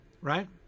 right